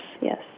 yes